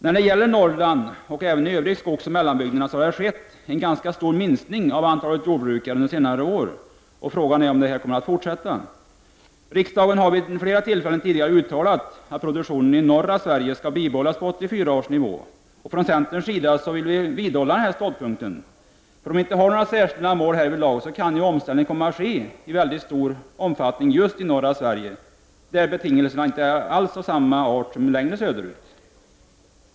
När det gäller Norrland och även i övrigt i skogsoch mellanbygderna så har det skett en ganska stor minskning av antalet jordbrukare under senare år. Frågan är om detta kommer att fortsätta. Riksdagen har tidigare vid flera tillfällen uttalat att produktionen i norra Sverige skall bibehållas på 1984 års nivå. Från centerns sida vill vi vidhålla denna ståndpunkt, för om vi inte har några särskilda mål härvidlag så kan ju omställningen komma att ske i en väldigt stor omfattning just i norra Sverige, där betingelserna inte alls är av samma art som längre söderut.